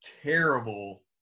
terrible